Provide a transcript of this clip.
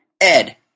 Ed